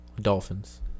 Dolphins